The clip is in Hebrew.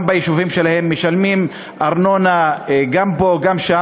ביישובים שלהם ומשלמים ארנונה גם פה וגם שם.